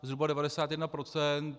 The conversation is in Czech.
Zhruba 91 %.